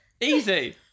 Easy